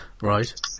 Right